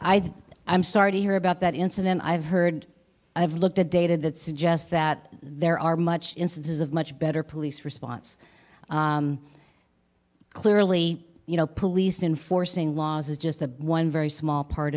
think i'm sorry to hear about that incident i've heard i've looked at data that suggest that there are much instances of much better police response clearly you know police enforcing laws is just a one very small part